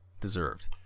deserved